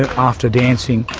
ah after dancing.